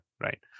right